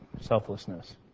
selflessness